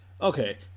Okay